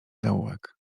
zaułek